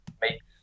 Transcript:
makes